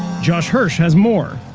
josh hersh has more.